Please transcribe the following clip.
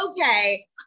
okay